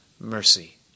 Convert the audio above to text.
mercy